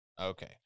okay